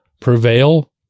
prevail